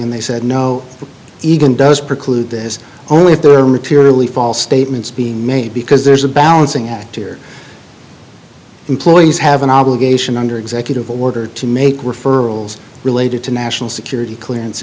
and they said no even does preclude this only if they're materially false statements being made because there's a balancing act here employees have an obligation under executive order to make referrals related to national security clearance